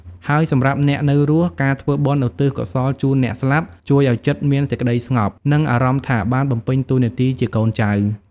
ហើយ សម្រាប់អ្នកនៅរស់ ការធ្វើបុណ្យឧទ្ទិសកុសលជូនអ្នកស្លាប់ ជួយឲ្យចិត្តមានសេចក្តីស្ងប់ និងអារម្មណ៍ថាបានបំពេញតួនាទីជាកូនចៅ។